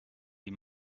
die